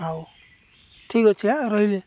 ହଉ ଠିକ୍ ଅଛି ଆ ରହିଲି